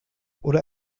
oder